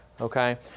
Okay